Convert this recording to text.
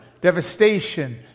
devastation